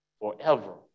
forever